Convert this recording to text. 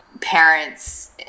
parents